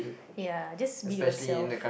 ya just be yourself